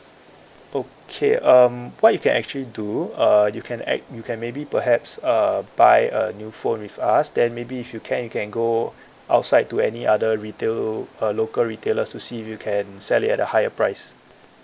okay um what you can actually do uh you can act~ you can maybe perhaps uh buy a new phone with us then maybe if you can you can go outside to any other retail uh local retailer to see if you can sell it at a higher price